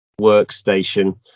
workstation